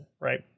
right